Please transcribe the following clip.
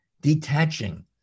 detaching